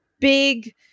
big